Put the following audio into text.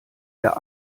der